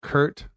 Kurt